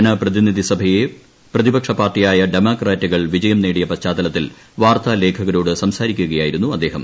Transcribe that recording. ജനപ്രതിനിധി സഭയെ പ്രതിപക്ഷ പാർട്ടിയായ ഡമോക്രാറ്റുകൾ വിജയം നേടിയ പശ്ചാത്തലത്തിൽ വാർത്താലേഖകരോട് സംസാരിക്കുകയായിരുന്നു അദ്ദേഹം